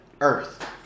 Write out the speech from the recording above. Earth